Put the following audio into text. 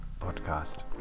podcast